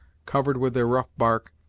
covered with their rough bark,